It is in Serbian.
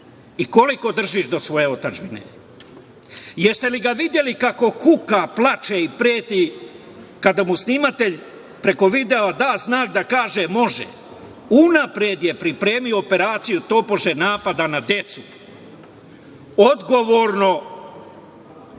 Koliko držiš do svoje otadžbine? Jeste li ga videli kako kuka, plače i preti kada mu snimatelj preko videa da znak da kaže može. Unapred je pripremio operaciju tobože napada na decu. Odgovorno…